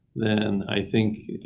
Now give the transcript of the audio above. then, i think, you